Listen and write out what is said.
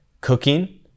cooking